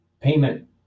payment